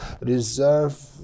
reserve